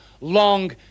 long